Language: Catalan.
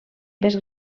més